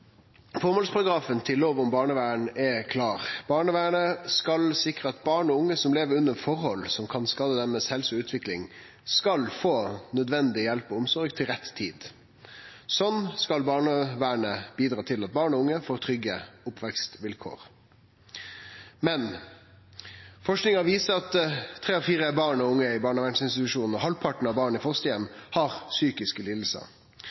Formåls­paragrafen til lov om barneverntjenester er klar: Barnevernet skal «sikre at barn og unge som lever under forhold som kan skade deres helse og utvikling, får nødvendig hjelp og omsorg til rett tid». Slik skal barnevernet «bidra til at barn og unge får trygge oppvekstvilkår». Men forsking viser at tre av fire barn og unge i barnevernsinstitusjonar og halvparten av barn i